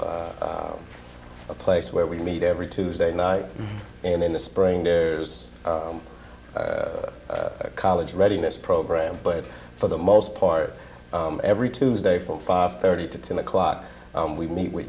have a place where we meet every tuesday night and in the spring there's a college readiness program but for the most part every tuesday from five thirty to ten o'clock we meet with